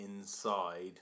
inside